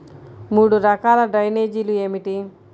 మూడు రకాల డ్రైనేజీలు ఏమిటి?